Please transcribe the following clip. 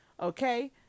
Okay